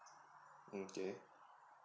okay